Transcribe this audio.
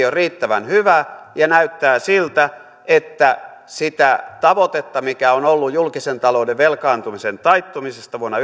ole riittävän hyvä ja näyttää siltä että sitä tavoitetta mikä on ollut julkisen talouden velkaantumisen taittumisesta vuonna